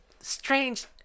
strange